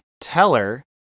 Teller